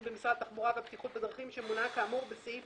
במשרד התחבורה והבטיחות בדרכים שמונה כאמור בסעיף